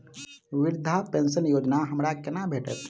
वृद्धा पेंशन योजना हमरा केना भेटत?